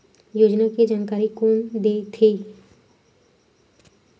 योजना के जानकारी कोन दे थे?